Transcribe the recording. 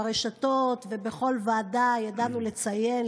ברשתות ובכל ועדה ידענו לציין,